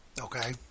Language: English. Okay